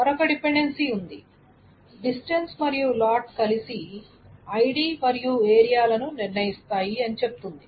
మరొక డిపెండెన్సీ ఉంది డిస్టెన్స్ మరియు లాట్ కలిసి ఐడి మరియు ఏరియా లను నిర్ణయిస్తాయి అని చెప్తుంది